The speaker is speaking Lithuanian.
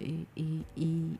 į į į